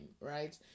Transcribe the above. right